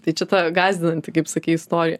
tai čia ta gąsdinanti kaip sakei istorija